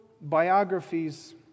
biographies